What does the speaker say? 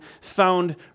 found